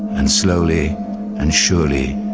and slowly and surely,